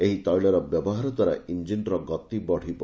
ଏହି ତୈଳର ବ୍ୟବହାର ଦ୍ୱାରା ଇଞ୍ଚିନର ଗତି ବଢ଼ିବ